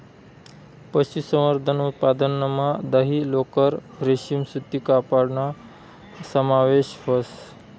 पशुसंवर्धन उत्पादनमा दही, लोकर, रेशीम सूती कपडाना समावेश व्हस